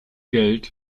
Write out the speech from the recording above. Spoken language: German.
geld